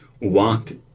walked